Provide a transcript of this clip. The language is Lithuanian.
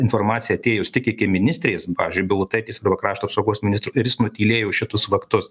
informacija atėjus tik iki ministrės pavyzdžiui bilotaitės arba krašto apsaugos ministro ir jis nutylėjo šitus faktus